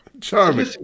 Charming